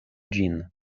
ĝin